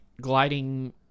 gliding